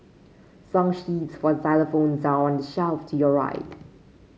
song sheets for xylophones are on the shelf to your right